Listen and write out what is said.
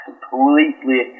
completely